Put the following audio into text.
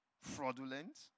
fraudulent